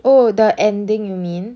oh the ending you mean